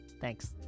thanks